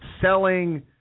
selling